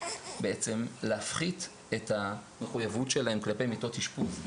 בעצם להפחית את המחויבות שלהן כלפי מיטות אשפוז,